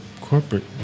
corporate